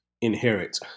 inherit